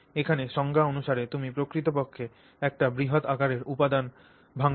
এখানে সংজ্ঞা অনুসারে তুমি প্রকৃতপক্ষে একটি বৃহৎ আকারের উপাদান ভাঙ্গছ